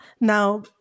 Now